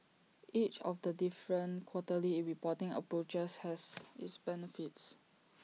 each of the different quarterly reporting approaches has its benefits